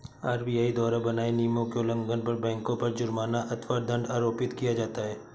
RBI द्वारा बनाए नियमों के उल्लंघन पर बैंकों पर जुर्माना अथवा दंड आरोपित किया जाता है